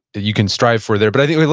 you can strive for there. but i think,